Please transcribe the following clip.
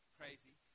crazy